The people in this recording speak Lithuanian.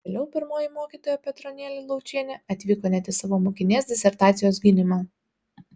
vėliau pirmoji mokytoja petronėlė laučienė atvyko net į savo mokinės disertacijos gynimą